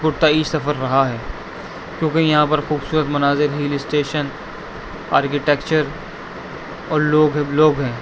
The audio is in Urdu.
پرتعیش سفر رہا ہے کیونکہ یہاں پر خوبصورت مناظر ہل اسٹیشن آرکیٹیکچر اور لوگ لوگ ہیں